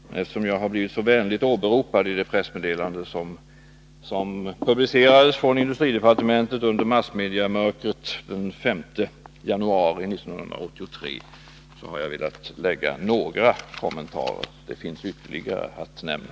Men eftersom jag har blivit så vänligt åberopad i det pressmeddelande från industridepartementet som publicerades under massmediemörkret den 5 januari 1983, dvs. trettondagsafton, har jag velat göra några kommentarer — det finns ytterligare saker att nämna.